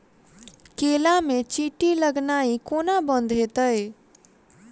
केला मे चींटी लगनाइ कोना बंद हेतइ?